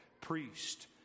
priest